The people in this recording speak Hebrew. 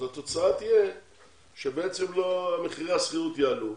אז התוצאה תהיה שמחירי השכירות יעלו,